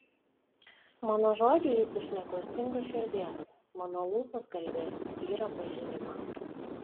mano žodžiai eis iš neklastingos širdies mano lūpos kalbės tyrą pažinimą